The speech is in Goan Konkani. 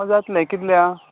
होय जातलें कितल्याक